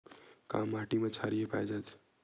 का माटी मा क्षारीय पाए जाथे?